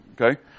Okay